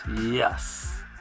yes